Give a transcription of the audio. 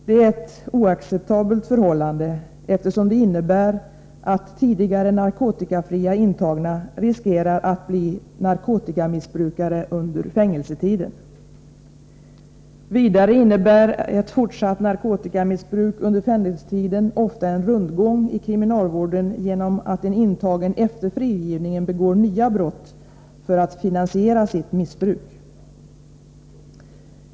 Detta är ett oacceptabelt förhållande, eftersom det innebär att tidigare narkotikafria intagna riskerar att bli narkotikamissbrukare under fängelsetiden: Vidare innebär ett fortsatt narkotikamissbruk under fängelsetiden ofta en rundgång i kriminalvården genom att en intagen efter frigivningen begår nya brott för att finansiera sitt missbruk.